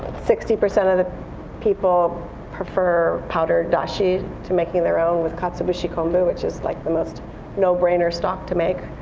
sixty percent of the people prefer powdered dashi to making their own with katsuobushi kombu, which is like the most no-brainer stock to make,